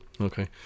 Okay